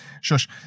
Shush